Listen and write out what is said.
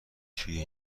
توی